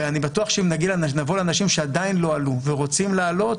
ואני בטוח שאם נבוא לאנשים שעדיין לא עלו ורוצים לעלות,